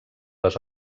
les